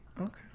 Okay